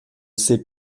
sais